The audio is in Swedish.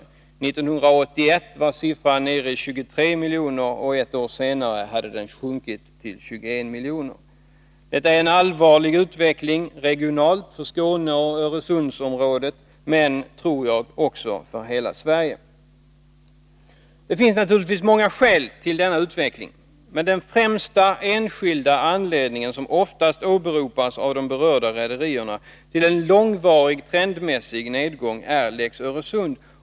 1981 var siffran nere i 23 miljoner, och ett år senare hade den sjunkit till 21 miljoner. Detta är en allvarlig utveckling regionalt för Skåne och Öresundsområdet men — tror jag — också för hela Sverige. Det finns naturligtvis många skäl till denna utveckling. Men den främsta enskilda anledningen, som oftast åberopas av de berörda rederierna, till en långvarig trendmässig nedgång är lex Öresund.